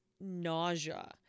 nausea